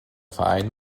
verein